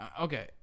okay